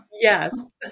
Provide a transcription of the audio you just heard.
Yes